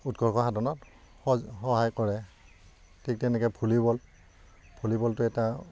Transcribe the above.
উৎকৰ্ষ সাধনত স সহায় কৰে ঠিক তেনেকৈ ভলীবল ভলীবলটো এটা